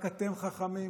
רק אתם חכמים?